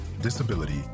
disability